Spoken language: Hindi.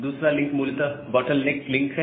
दूसरा लिंक मूलतः बॉटलनेक लिंक है